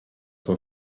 were